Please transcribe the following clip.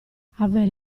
avere